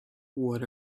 what